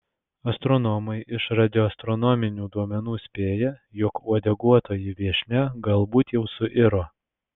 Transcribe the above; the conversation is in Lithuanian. astronomai iš radioastronominių duomenų spėja jog uodeguotoji viešnia galbūt jau suiro